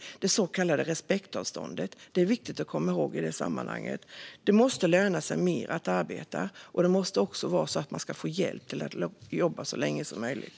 Det gäller det så kallade respektavståndet, och det är viktigt att komma ihåg i sammanhanget. Det måste löna sig mer att arbeta, och det måste också vara så att man ska få hjälp att jobba så länge som möjligt.